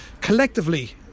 collectively